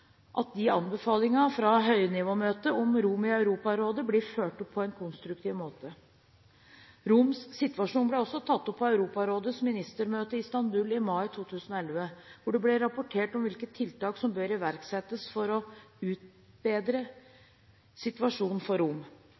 at anbefalingene fra høynivåmøtet om romer i Europarådet blir fulgt opp på en konstruktiv måte. Romers situasjon ble også tatt opp på Europarådets ministermøte i Istanbul i mai 2011, hvor det ble rapportert om hvilke tiltak som bør iverksettes for å utbedre situasjonen for